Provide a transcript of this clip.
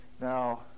Now